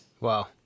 Wow